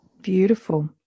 Beautiful